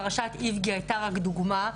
פרשת איבגי היתה רק דוגמא.